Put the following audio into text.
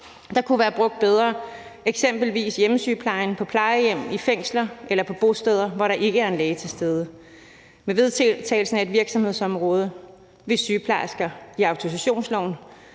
der kunne have været brugt bedre, eksempelvis i hjemmesygeplejen, på plejehjem, i fængsler eller på bosteder, hvor der ikke er en læge til stede. Med vedtagelsen af et virksomhedsområde vil sygeplejersker i autorisationsloven